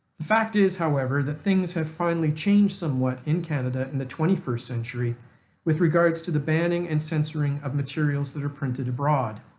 the fact is however that things have finally changed somewhat in canada in the twenty first century with regards to the banning and censoring of materials that are printed abroad.